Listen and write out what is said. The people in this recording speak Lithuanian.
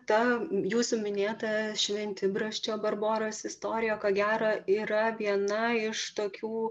ta jūsų minėta šventibrasčio barboros istorija ko gero yra viena iš tokių